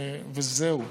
וזהו.